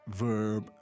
verb